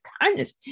kindness